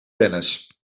tennis